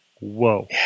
Whoa